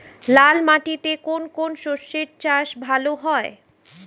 লাল মাটিতে কোন কোন শস্যের চাষ ভালো হয়?